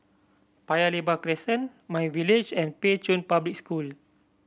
Paya Lebar Crescent MyVillage and Pei Chun Public School